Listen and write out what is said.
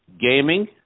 gaming